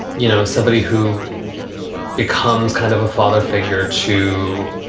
you know, somebody who becomes kind of a father figure to,